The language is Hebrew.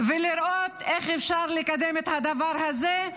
ולראות איך אפשר לקדם את הדבר הזה.